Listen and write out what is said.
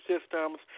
systems